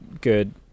good